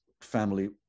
family